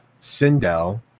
Sindel